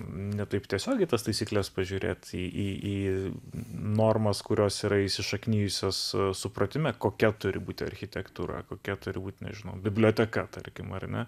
ne taip tiesiogiai į tas taisykles pažiūrėt į į normas kurios yra įsišaknijusios supratime kokia turi būti architektūra kokia turi būti nežinau biblioteka tarkim ar ne